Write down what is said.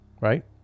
right